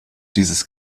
dieses